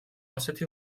ასეთი